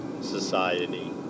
society